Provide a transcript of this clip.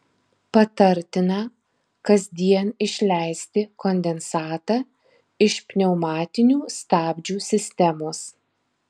patartina kasdien išleisti kondensatą iš pneumatinių stabdžių sistemos